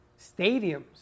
stadiums